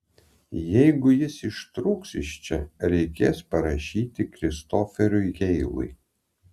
jeigu jis ištrūks iš čia reikės parašyti kristoferiui heilui